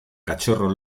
cachorro